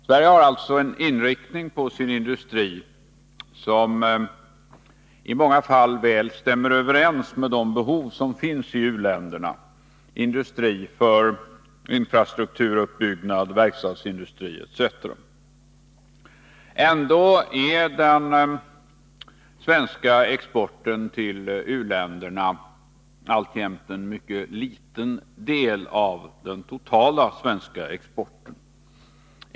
Sverige har alltså en inriktning på sin industri som i många fall väl stämmer överens med de behov som finns i u-länderna — industri för infrastrukturuppbyggnad, verkstadsindustri etc. Ändå är den svenska exporten till u-länderna alltjämt en mycket liten del av den totala svenska exporten.